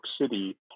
City